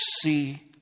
see